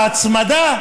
ההצמדה?